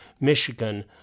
Michigan